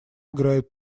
играет